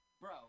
bro